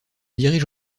dirige